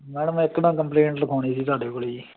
madam ਮੈਂ ਇੱਕ ਨਾ ਕੰਪਲੇਂਟ ਲਖਾਉਣੀ ਸੀ ਤੁਹਾਡੇ ਕੋਲ ਜੀ